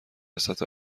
سطح